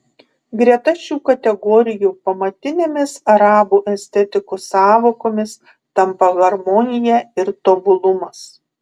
greta šių kategorijų pamatinėmis arabų estetikos sąvokomis tampa harmonija ir tobulumas